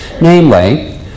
Namely